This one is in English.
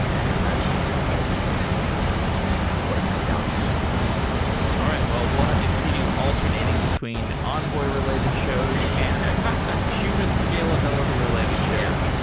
and that's and that's ultimately i think what it's come down to for me all right. well, we'll have to continue alternating between envoy related shows and human scalability related shows.